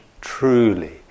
truly